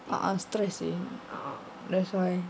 uh uh stress seh that's why